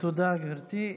תודה, גברתי.